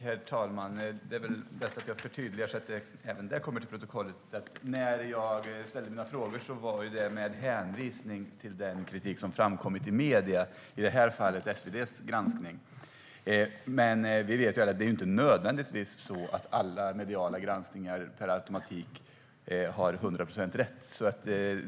Herr talman! Det är väl bäst att jag förtydligar så att det kommer till protokollet. När jag ställde mina frågor var det med hänvisning till den kritik som framkommit i medier, i det här fallet SvD:s granskning. Vi vet alla att det inte nödvändigtvis är så att alla mediala granskningar per automatik har hundra procent rätt.